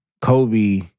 Kobe